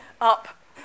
up